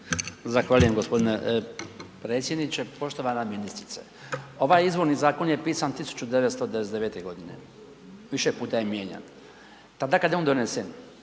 Zahvaljujem g. predsjedniče. Poštovana ministrice, ovaj izvorni zakon je pisan 1999.g., više puta je mijenjan. Tada kad je on donesen,